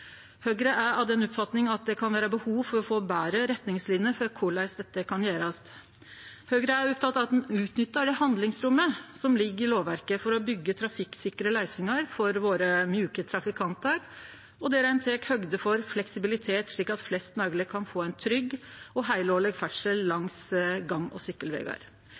Høgre er av den oppfatning at det kan vere behov for å få betre retningsliner for korleis dette kan gjerast. Høgre er oppteke av at ein utnyttar det handlingsrommet som ligg i lovverket for å byggje trafikksikre løysingar for våre mjuke trafikantar, og der ein tek høgde for fleksibilitet slik at flest mogleg kan få ein trygg og heilårleg ferdsel langs gang- og sykkelvegar.